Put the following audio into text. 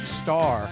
star